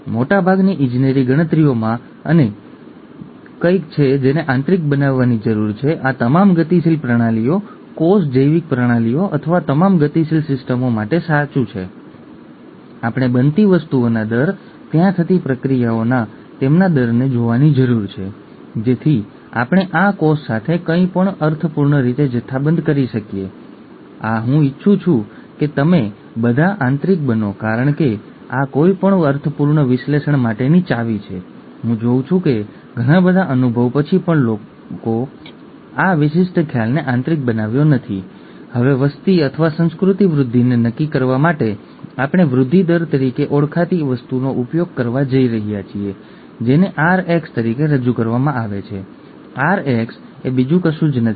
અને પછી આ G6PD ની ઉણપ જે ગ્લુકોઝ 6 ફોસ્ફેટ ડિહાઇડ્રોજેનેઝ ની ઉણપ માટે વપરાય છે આ એન્ઝાઇમ ખામીયુક્ત છે અને કારણ કે આ એન્ઝાઇમ ખામીયુક્ત છે તે ઘણી મુશ્કેલીઓ મોટી મુશ્કેલીઓ તરફ દોરી જાય છે ખરું ને